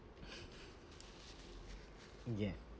yeah